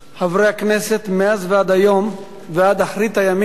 חברי הכנסת, מאז עד היום, ועד אחרית הימים,